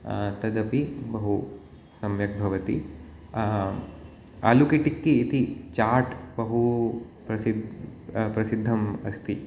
तदपि बहु सम्यक् भवति आलू कि टिक्की इति चाट् बहु प्रसिद्धं प्रसिद्धं अस्ति